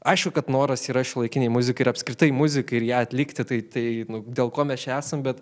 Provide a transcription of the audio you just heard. aišku kad noras yra šiuolaikinei muzikai ir apskritai muzikai ir ją atlikti tai tai dėl ko mes čia esam bet